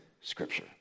Scripture